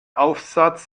aufsatz